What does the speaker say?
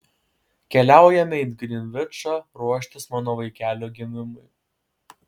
keliaujame į grinvičą ruoštis mano vaikelio gimimui